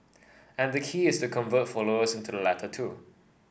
and the key is to convert followers into the latter two